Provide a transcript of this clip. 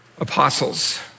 apostles